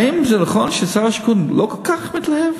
האם זה נכון ששר השיכון לא כל כך מתלהב,